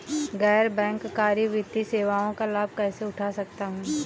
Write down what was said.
गैर बैंककारी वित्तीय सेवाओं का लाभ कैसे उठा सकता हूँ?